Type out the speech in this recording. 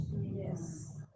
Yes